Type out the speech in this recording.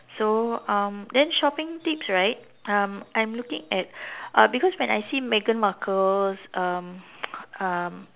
so um then shopping tips right um I'm looking at uh because when I see Meghan Markle's um um